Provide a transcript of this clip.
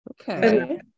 Okay